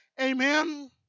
Amen